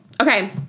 Okay